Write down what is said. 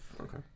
okay